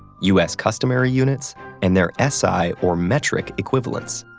u s. customary units and their s i, or metric, equivalence.